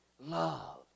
love